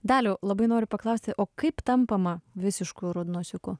daliau labai noriu paklausti o kaip tampama visišku rudnosiuku